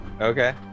Okay